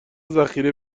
ذخیره